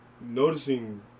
noticing